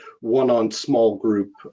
one-on-small-group